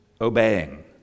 Obeying